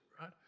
right